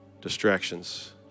Distractions